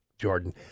Jordan